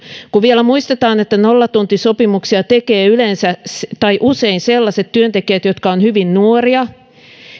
kun vielä muistetaan että nollatuntisopimuksia tekevät usein sellaiset työntekijät jotka ovat hyvin nuoria